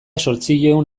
zortziehun